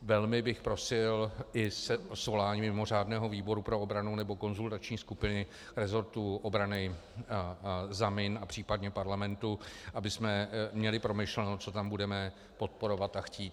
Velmi bych prosil i o svolání mimořádného výboru pro obranu nebo konzultační skupiny resortu obrany, zamini a případně Parlamentu, abychom měli promyšleno, co tam budeme podporovat a chtít.